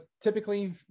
Typically